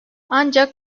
ancak